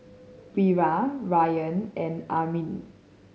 Wira Ryan and Amrin